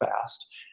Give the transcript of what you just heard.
fast